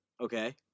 Okay